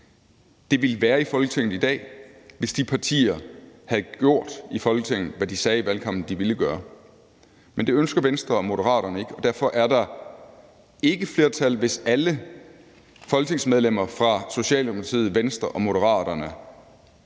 de ønskede en grundig undersøgelse af det her, havde gjort i Folketinget, hvad de sagde i valgkampen de ville gøre. Men det ønsker Venstre og Moderaterne ikke, og derfor er der ikke flertal, hvis alle folketingsmedlemmer fra Socialdemokratiet, Venstre og Moderaterne